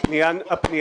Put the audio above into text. לפי